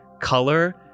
color